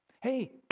Hey